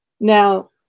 Now